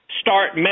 start